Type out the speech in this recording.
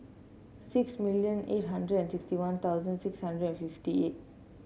six million eight hundred and sixty One Thousand six hundred and fifty eight